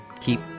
keep